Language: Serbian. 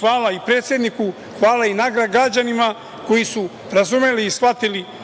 Hvala i predsedniku i hvala građanima koji su razumeli i shvatili